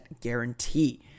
guarantee